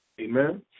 Amen